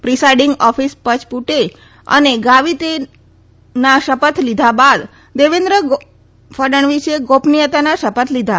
presiding office Pachpute અને ગાવીતેના શપથ લીધા બાદ દેવેન્દ્ર ગોપનીયતાના શપથ લેશે